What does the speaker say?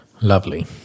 Lovely